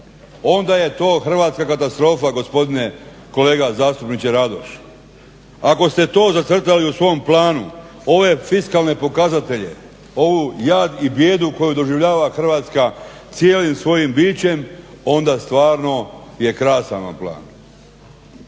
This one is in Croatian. onda je to hrvatska katastrofa gospodine kolega zastupniče Radoš. Ako ste to zacrtali u svom planu ove fiskalne pokazatelje, ovu jad i bijedu koju doživljava Hrvatska cijelim svojim bićem onda stvarno je krasan vam